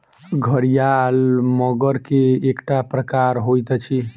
घड़ियाल मगर के एकटा प्रकार होइत अछि